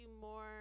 more